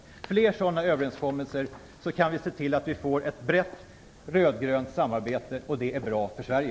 Med fler sådana överenskommelser kan vi se till att vi får ett brett rödgrönt samarbete, och det är bra för Sverige.